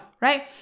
right